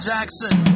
Jackson